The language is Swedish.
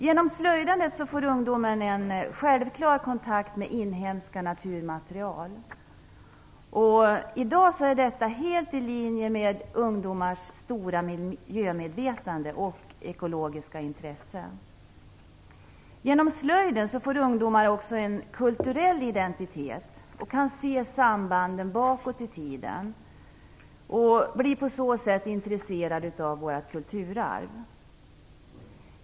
Genom slöjdandet får ungdomen en självklar kontakt med inhemska naturmaterial. I dag är detta helt i linje med ungdomars miljömedvetenhet och ekologiska intresse. Genom slöjden får ungdomar också en kulturell identitet - de kan se sambanden bakåt i tiden. På så sätt blir de intresserade av vårt kulturarv.